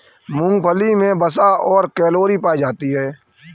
मूंगफली मे वसा और कैलोरी पायी जाती है